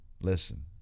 Listen